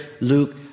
Luke